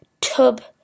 tub